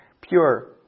pure